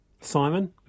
Simon